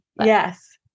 Yes